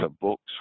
books